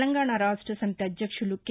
తెలంగాణ రాష్ట్ర సమితి అధ్యక్షులు కె